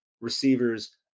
receiver's